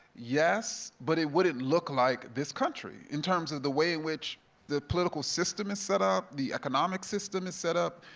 yes, but it wouldn't look like this country in terms of the way in which the political system is set up, the economic system is set up,